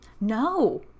No